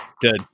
good